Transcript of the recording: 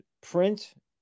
print